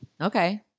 Okay